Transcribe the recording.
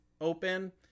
open